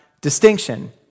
distinction